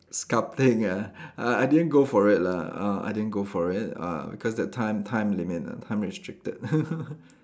sculpting ah I I didn't go for it lah uh I didn't go for it uh because that time time limit ah time restricted